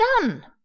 done